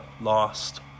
lost